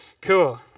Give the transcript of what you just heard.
Cool